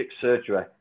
surgery